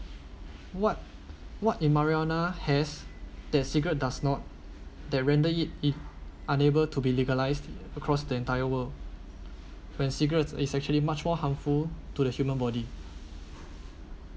what what a marijuana has their cigarette does not that render it it unable to be legalised across the entire world when cigarettes it's actually much more harmful to the human body